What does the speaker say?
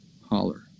Holler